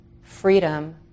freedom